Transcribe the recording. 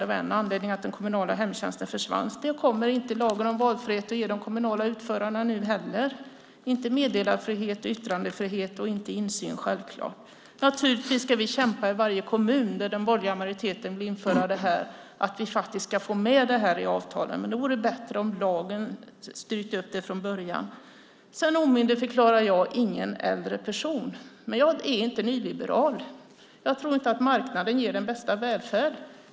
Det var en av anledningarna till att den kommunala hemtjänsten försvann. Det kommer inte lagen om valfrihet att ge de kommunala utförarna nu heller och inte meddelarfrihet, yttrandefrihet och självklart inte insyn. Vi ska naturligtvis kämpa i varje kommun där den borgerliga majoriteten vill införa detta för att få med detta i avtalen. Det vore bättre om lagen hade styrt upp det från början. Jag omyndigförklarar ingen äldre person. Men jag är inte nyliberal. Jag tror inte att marknaden ger den bästa välfärden.